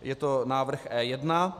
Je to návrh E1.